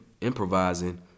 improvising